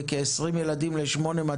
וכ-20 ילדים ל-8200.